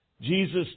Jesus